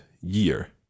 year